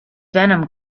venom